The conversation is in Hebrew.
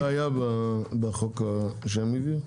זה היה בחוק שהם הביאו?